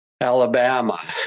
Alabama